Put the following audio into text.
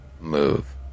move